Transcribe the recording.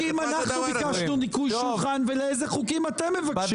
לאיזה חוקים אנחנו ביקשנו ניקוי שולחן ולאיזה חוקים אתם מבקשים?